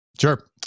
sure